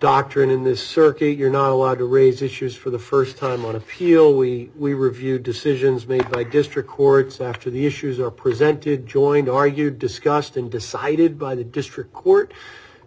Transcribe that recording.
doctrine in this circuit you're not allowed to raise issues for the st time on appeal we we review decisions made by district courts after the issues are presented joined argued discussed and decided by the district court